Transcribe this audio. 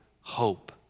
hope